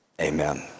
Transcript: Amen